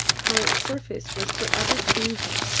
how its surface was for ever changing,